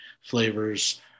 flavors